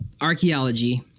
archaeology